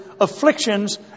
afflictions